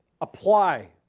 apply